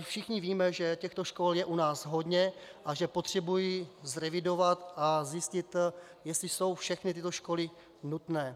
Všichni víme, že těchto škol je u nás hodně a že potřebují zrevidovat a zjistit, jestli jsou všechny tyto školy nutné.